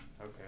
Okay